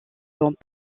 vont